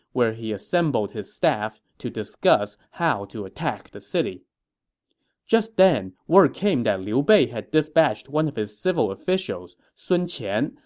where he assembled his staff to discuss how to attack the city just then, word came that liu bei had dispatched one of his civil officials, sun qian,